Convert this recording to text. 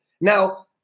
Now